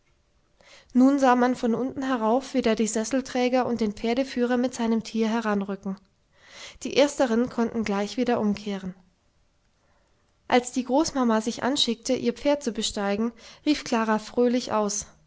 nun sah man von unten herauf wieder die sesselträger und den pferdeführer mit seinem tier heranrücken die ersteren konnten gleich wieder umkehren als die großmama sich anschickte ihr pferd zu besteigen rief klara fröhlich aus